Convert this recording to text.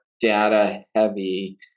data-heavy